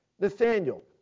Nathaniel